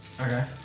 Okay